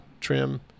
trim